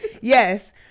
Yes